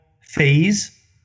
phase